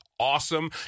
Awesome